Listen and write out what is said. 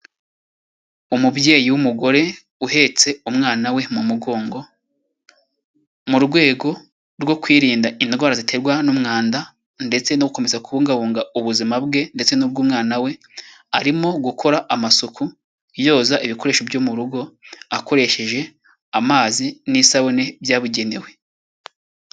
Umubyeyi w'umugore uhetse umwana we mu mugongo mu rwego rwo kwirinda indwara ziterwa n'umwanda, ndetse no gukomeza kubungabunga ubuzima bwe ndetse n'ubw'umwana we, arimo gukora amasuku yoza ibikoresho byo mu rugo akoresheje amazi n'isabune byabugenewe.